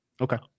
Okay